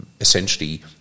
essentially